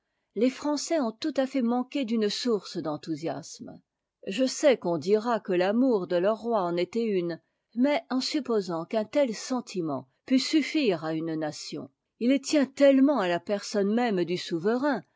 les français ont tout à fait manqué d'une source d'enthousiasme je sais qu'on dira que l'amour de leurs rois en était une mais en supposant qu'un tel sentiment pût suffire à une nation il tient tellement à la personne même du souverain